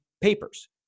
papers